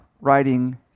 writing